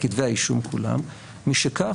את כתבי האישום כולם משכך,